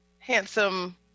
Handsome